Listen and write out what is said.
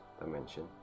dimension